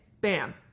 Bam